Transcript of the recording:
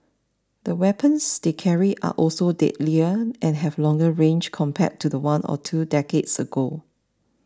the weapons they carry are also deadlier and have longer range compared to one or two decades ago